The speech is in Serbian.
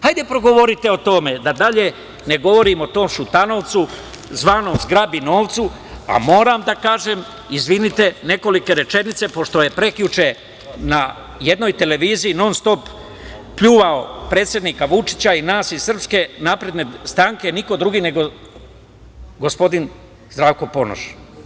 Hajde progovorite o tome i da dalje ne govorimo o tom Šutanovcu, zvanom „zgrabinovcu“, a moram da kažem, izvinite, nekolike rečenice, pošto je prekjuče na jednoj televiziji non-stop pljuvao predsednika Vučića i nas iz SNS, niko drugi nego gospodin Zdravko Ponoš.